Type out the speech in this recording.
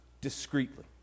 discreetly